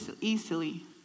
easily